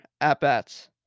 at-bats